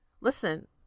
listen